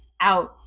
out